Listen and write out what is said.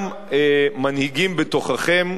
גם מנהיגים בתוככם,